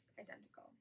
identical